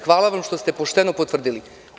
Hvala što ste pošteno potvrdili.